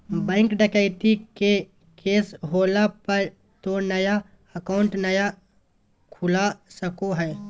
bank डकैती के case होला पर तो नया अकाउंट नय खुला सको हइ